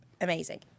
amazing